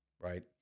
right